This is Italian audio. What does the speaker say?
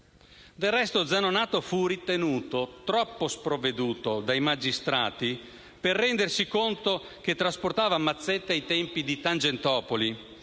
Del resto Zanonato fu ritenuto troppo sprovveduto dai magistrati per rendersi conto che trasportava mazzette ai tempi di Tangentopoli,